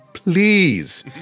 Please